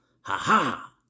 Ha-ha